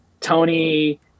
Tony